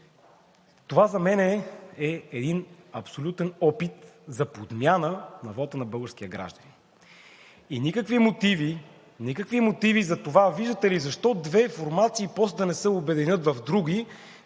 Това за мен е един абсолютен опит за подмяна на вота на българския гражданин и никакви мотиви за това, виждате ли, защо две формации после да не се обединят в други,